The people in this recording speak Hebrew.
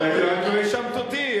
את האשמת אותי,